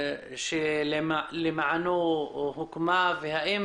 שלמענו הוקמה והאם